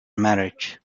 marriage